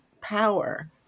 power